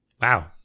Wow